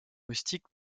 moustiques